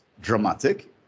dramatic